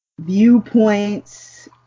viewpoints